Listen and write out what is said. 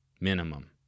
minimum